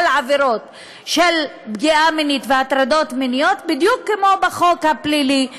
עבירות של פגיעה מינית והטרדות מיניות בדיוק כמו בחוק הפלילי.